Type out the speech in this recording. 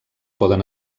poden